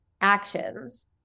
actions